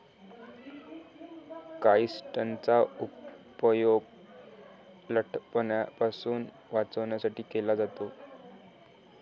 काइट्सनचा उपयोग लठ्ठपणापासून बचावासाठी केला जातो